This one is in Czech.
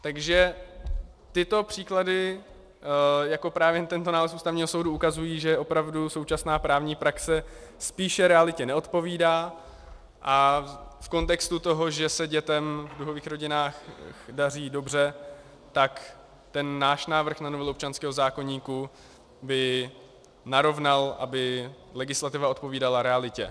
Takže tyto příklady, jako právě tento názor Ústavního soudu, ukazují, že opravdu současná právní praxe spíše realitě neodpovídá, a v kontextu toho, že se dětem v duhových rodinách daří dobře, tak ten náš návrh na novelu občanského zákoníku by narovnal, aby legislativa odpovídala realitě.